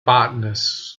botanists